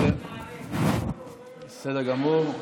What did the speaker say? בסדר גמור.